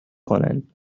کنند